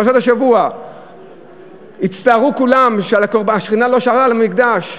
בפרשת השבוע הצטערו כולם שהשכינה לא שרתה על המקדש.